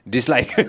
Dislike